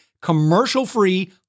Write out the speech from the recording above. commercial-free